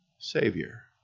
savior